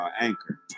Anchor